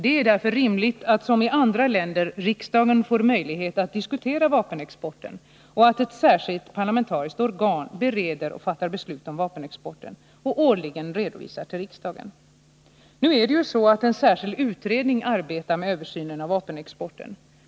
Det är rimligt att, som i andra länder, riksdagen får möjlighet att diskutera vapenexporten och att ett särskilt parlamentariskt organ bereder och fattar beslut om vapenexporten samt årligen redovisar för riksdagen. Nu är det ju så att en särskild utredning arbetar med översynen av vapenexporten.